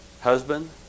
husband